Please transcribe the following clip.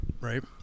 Right